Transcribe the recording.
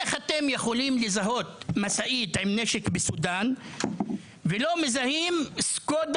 איך אתם יכולים לזהות משאית עם נשק בסודן ולא יכולים לזהות SKODA